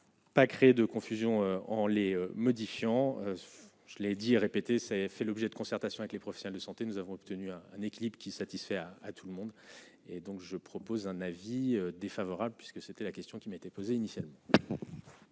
Pas créer de confusion en les modifiant, je l'ai dit et répété, c'est fait l'objet de concertation avec les professionnels de santé, nous avons obtenu un équilibre qui satisfait à à tout le monde et donc je propose un avis défavorable, puisque c'était la question qui m'a été posée initialement.